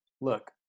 Look